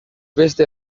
beste